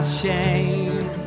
shame